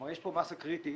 כלומר יש פה מסה קריטית